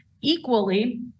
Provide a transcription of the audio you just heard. Equally